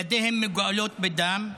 ידיהם מגואלות בדם.